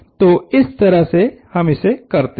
तो इस तरह से हम इसे करते हैं